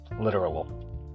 literal